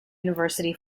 university